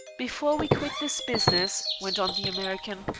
before we quit this business, went on the american,